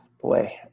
Boy